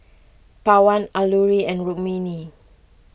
Pawan Alluri and Rukmini